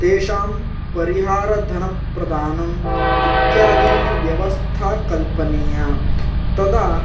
तेषां परिहारधनप्रदानम् इत्यादीनि व्यवस्था कल्पनीया तदा